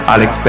Alex